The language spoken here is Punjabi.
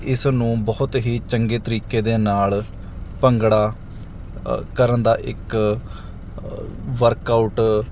ਇਸ ਨੂੰ ਬਹੁਤ ਹੀ ਚੰਗੇ ਤਰੀਕੇ ਦੇ ਨਾਲ ਭੰਗੜਾ ਕਰਨ ਦਾ ਇੱਕ ਵਰਕਆਊਟ